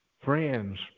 Friends